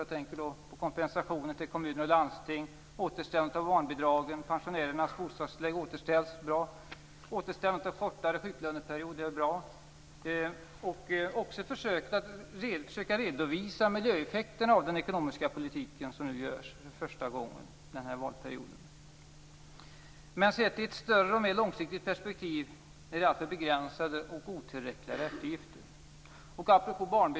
Jag tänker då på kompensationen till kommuner och landsting, återställandet av barnbidragen och att pensionärernas bostadstillägg återställs. Det är bra. Återställandet till kortare sjuklöneperiod är bra. Också försöken att redovisa miljöeffekterna av den ekonomiska politiken som nu görs för första gången den här valperioden är bra. Men sett i ett större och mer långsiktigt perspektiv är det alltför begränsade och otillräckliga eftergifter.